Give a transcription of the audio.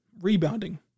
rebounding